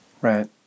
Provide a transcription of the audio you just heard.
Right